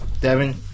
Devin